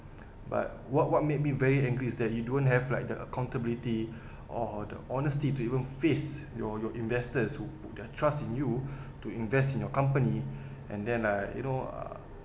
but what what made me very angry is that you don't have like the accountability or the honesty to even face your your investors who put their trust in you to invest in your company and then uh you know uh